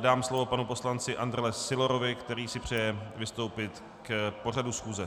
dám slovo panu poslanci Andrle Sylorovi, který si přeje vystoupit k pořadu schůze.